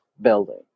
building